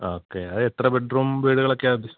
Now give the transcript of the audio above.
okay അത് എത്ര bedroom വീടുകളൊക്കെയാണ് ഉദ്ദേശി